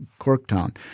Corktown